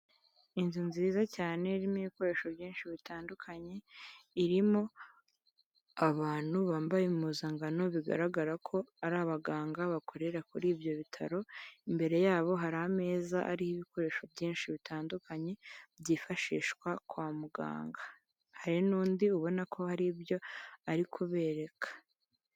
Inzu nziza cyane, irimo ibikoresho byinshi bitandukanye, irimo abantu bambaye impuzankano, bigaragara ko ari abaganga bakorera kuri ibyo bitaro, imbere yabo hari ameza ariho ibikoresho byinshi bitandukanye byifashishwa kwa muganga, hari n'undi ubona ko hari ibyo ari kubereka.